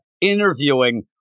interviewing